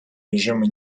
режима